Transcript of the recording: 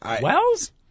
Wells